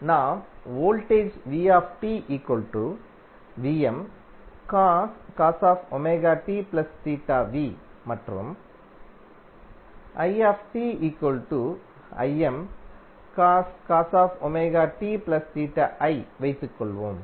நாம் வோல்டேஜ் மற்றும் வைத்துக்கொள்வோம்